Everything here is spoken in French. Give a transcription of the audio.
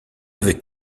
avec